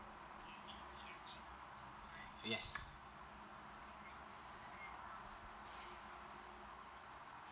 yes